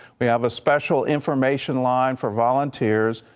they have a special information line for volunteers,